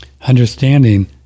understanding